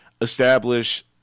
establish